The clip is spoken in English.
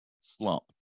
slump